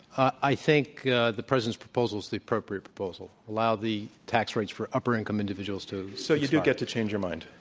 i think the president's proposal is the appropriate proposal, allow the tax rates for upper income individuals to expire. so, you do get to change your mind?